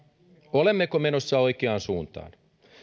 olemmeko menossa oikeaan suuntaan